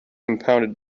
impounded